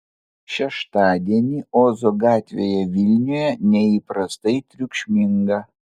šeštadienį ozo gatvėje vilniuje neįprastai triukšminga